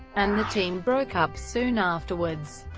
and the team broke up soon afterwards.